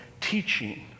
teaching